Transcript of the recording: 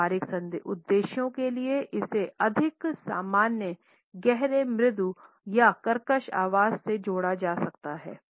व्यावहारिक उद्देश्यों के लिए इसे अधिक सामान्य गहरे मृदु या कर्कश आवाज़ से जोड़ा जा सकता है